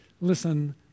Listen